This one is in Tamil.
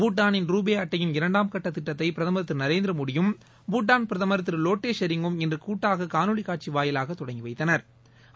பூட்டாளில் ரூபே அட்டையின் இரண்டாம் கட்டத் திட்டத்தை பிரதம் திரு நரேந்திரமோடியும் பூட்டான் பிரதமர் திரு லோட்டே ஷெரிய் கும் இன்று கூட்டாக காணொலி காட்சி வாயிலாக தொடங்கி வைத்தனா்